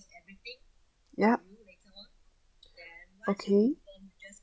yup okay